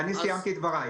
לא, אני סיימתי את דבריי.